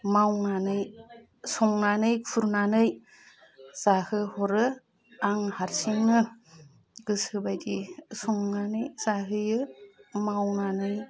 मावनानै संनानै खुरनानै जाहोहरो आं हारसिंनो गोसोबायदि संनानै जाहोयो मावनानै